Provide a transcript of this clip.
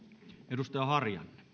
arvoisa